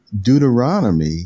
Deuteronomy